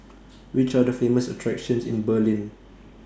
Which Are The Famous attractions in Berlin